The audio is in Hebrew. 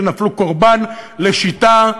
שנפלו קורבן לשיטה,